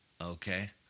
okay